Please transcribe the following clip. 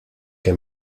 que